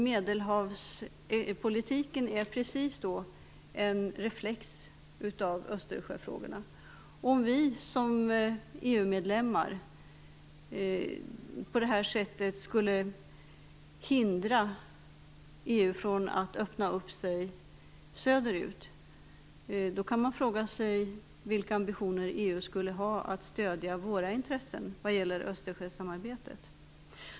Medelhavspolitiken är precis en reflex av Östersjöfrågorna. Om vi som EU-medlem på det här sättet skulle hindra EU från att öppna sig söderut, så kan man fråga sig vilka ambitioner EU kommer att ha när det gäller att stödja våra intressen i fråga om Östersjösamarbetet.